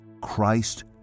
Christ